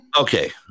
Okay